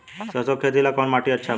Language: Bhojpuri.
सरसों के खेती ला कवन माटी अच्छा बा?